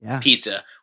Pizza